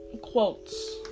quotes